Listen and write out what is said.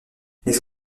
les